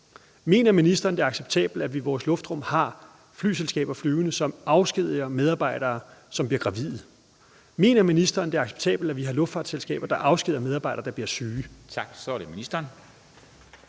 Mener ministeren, det er acceptabelt, at vi i vores luftrum har fly fra flyselskaber, som afskediger medarbejdere, som bliver gravide? Mener ministeren, det er acceptabelt, at vi har luftfartsselskaber, der afskediger medarbejdere, der bliver syge? Kl. 17:35 Første